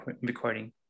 recording